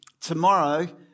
tomorrow